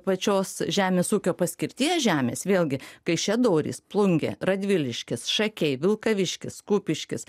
pačios žemės ūkio paskirties žemės vėlgi kaišiadorys plungė radviliškis šakiai vilkaviškis kupiškis